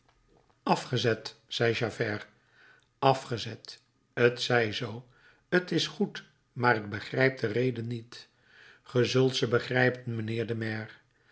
afgezet zei javert afgezet t zij zoo t is goed maar ik begrijp de reden niet ge zult ze begrijpen mijnheer de maire